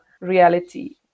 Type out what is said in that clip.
reality